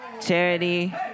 Charity